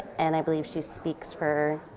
and i believe she speaks for